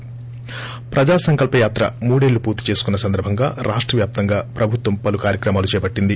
ి ప్రజా సంకల్స యాత్ర మూడేళ్స్లో పూర్తి చేసుకున్న సందర్బంగా రాష్ట వ్యాప్తంగా ప్రభుత్వం పలు కార్యక్రమాలు చేపట్టింది